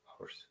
hours